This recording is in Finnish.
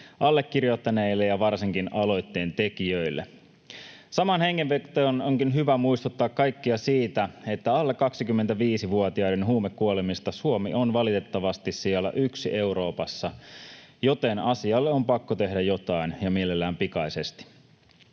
allekirjoittaneille ja varsinkin aloitteen tekijöille. Samaan hengenvetoon onkin hyvä muistuttaa kaikkia siitä, että alle 25‑vuotiaiden huumekuolemissa Suomi on valitettavasti sijalla yksi Euroopassa, joten asialle on pakko tehdä jotain ja mielellään pikaisesti.